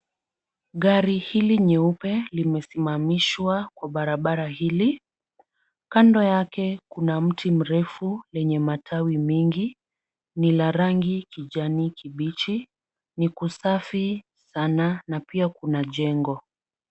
Gari hili nyeupe limesimamishwa kwa barabara hili, kando yake kuna mti mrefu lenye matawi mingi ni la rangi kijani kibichi ni kusafi sana na pia kuna jengo.